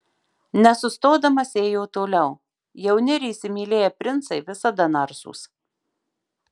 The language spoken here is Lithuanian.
nesustodamas ėjo toliau jauni ir įsimylėję princai visada narsūs